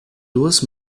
duas